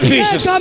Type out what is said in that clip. Jesus